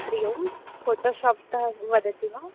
हरिः Om Photoshop तः वदति वा